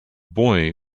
boy